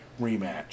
rematch